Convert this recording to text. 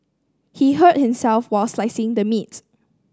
he hurt himself while slicing the meat